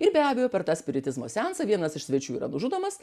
ir be abejo per tą spiritizmo seansą vienas iš svečių yra nužudomas